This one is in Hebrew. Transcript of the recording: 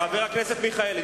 חבר הכנסת מיכאלי.